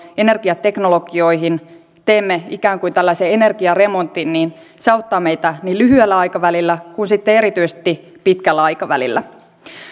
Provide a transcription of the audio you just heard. energiateknologioihin teemme ikään kuin tällaisen energiaremontin niin se auttaa meitä niin lyhyellä aikavälillä kuin sitten erityisesti pitkällä aikavälillä